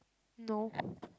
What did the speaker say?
no